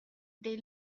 they